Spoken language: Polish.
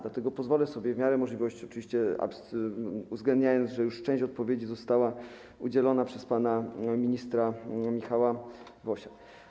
Dlatego pozwolę sobie w miarę możliwości odpowiedzieć, oczywiście uwzględniając to, że już część odpowiedzi została udzielona przez pana ministra Michała Wosia.